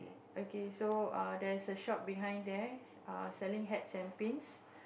okay so there's a shop behind there selling hats and pins